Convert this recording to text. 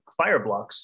Fireblocks